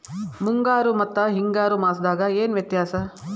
ಮುಂಗಾರು ಮತ್ತ ಹಿಂಗಾರು ಮಾಸದಾಗ ಏನ್ ವ್ಯತ್ಯಾಸ?